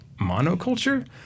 monoculture